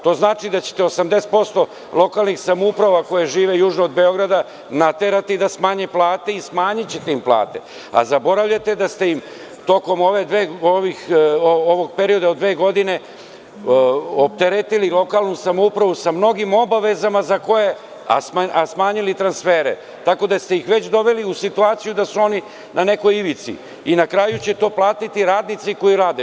To znači da ćete 80% lokalnih samouprava, koje su južno od Beograda, naterati da smanje plate i smanjićete im plate, a zaboravljate da ste tokom ovog perioda od dve godine opteretili lokalnu samoupravu sa mnogim obavezama, a smanjili transfere, tako da ste ih već doveli u situaciju da su one na nekoj ivici i na kraju će to platiti radnici koji rade.